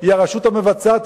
היא הרשות המבצעת,